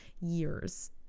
years